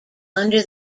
under